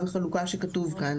הולכה וחלוקה״ שכתוב כאן.